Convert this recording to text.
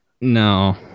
No